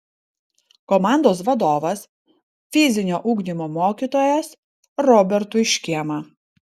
komandos vadovas fizinio ugdymo mokytojas robertui škėma